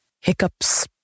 hiccups